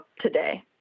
today